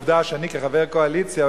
עובדה שאני כחבר קואליציה,